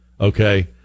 Okay